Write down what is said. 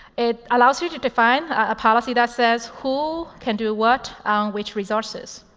it allows you to define a policy that says who can do what on which resources.